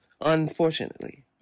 unfortunately